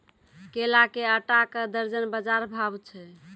केला के आटा का दर्जन बाजार भाव छ?